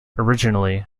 originally